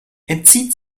entzieht